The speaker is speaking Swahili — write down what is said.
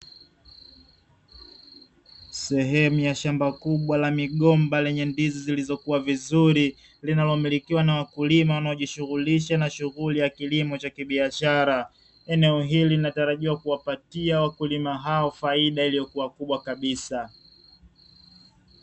Sehemu ya shamba kubwa la migomba lenye ndizi zilizokua vizuri linalo milikiwa na wakulima wanao jishughulisha na shughuli ya kilimo cha kibiashara. Eneo hili linatarajiwa kuwapatia wakulima hao faida iliyokua kubwa kabisa